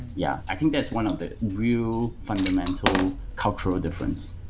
yeah, i think that's one of the real fundamental cultural difference.